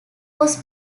was